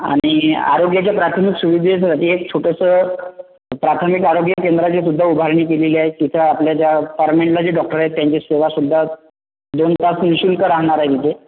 आणि आरोग्याच्या प्राथमिक सुविधेसाठी एक छोटंसं प्राथमिक आरोग्यकेंद्राची सुद्धा उभारणी केलेली आहे तिथं आपल्या ज्या अपार्मेंटला जे डॉक्टर आहेत त्यांच्या सेवा सुद्धा दोन तास निःशुल्क राहणार आहे तिथे